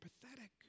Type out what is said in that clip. pathetic